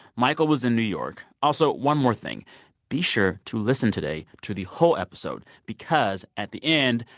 michael was in new york. also, one more thing be sure to listen today to the whole episode because at the end,